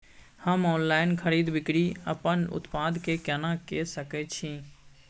हम ऑनलाइन खरीद बिक्री अपन उत्पाद के केना के सकै छी?